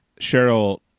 Cheryl